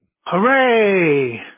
Hooray